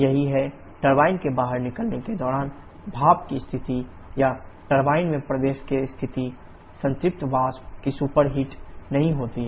यही है टरबाइन के बाहर निकलने के दौरान भाप की स्थिति या टरबाइन के प्रवेश की स्थिति संतृप्त वाष्प की सुपर हीट नहीं होती है